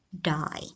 die